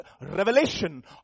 revelation